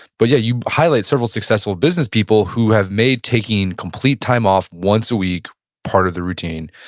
but yet you highlighted several successful business people who have made taking complete time off once a week part of the routine.